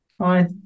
Hi